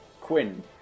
Quinn